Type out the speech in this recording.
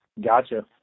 Gotcha